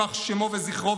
יימח שמו וזכרו,